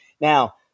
Now